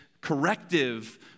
corrective